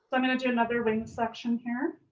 i'm gonna do another wing section here